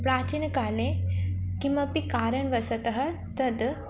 प्राचीनकाले किमपि कारणवशात् तद्